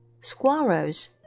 Squirrels